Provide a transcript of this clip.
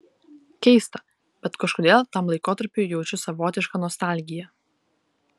keista bet kažkodėl tam laikotarpiui jaučiu savotišką nostalgiją